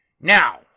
Now